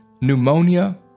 pneumonia